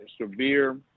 severe –